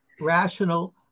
rational